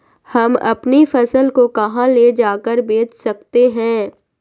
हम अपनी फसल को कहां ले जाकर बेच सकते हैं?